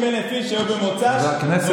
130,000 איש שהיו במוצ"ש אומרים לכם חלאס.